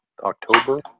October